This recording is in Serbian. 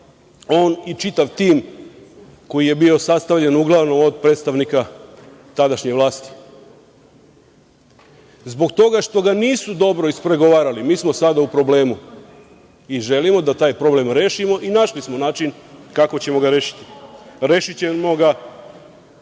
on i čitav tim koji je bio sastavljen uglavnom od predstavnika tadašnje vlasti. Zbog toga što ga nisu dobro ispregovarali, mi smo sada u problemu i želimo da taj problem rešimo i našli smo način kako ćemo ga rešiti. Rešićemo ga